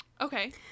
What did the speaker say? Okay